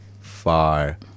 far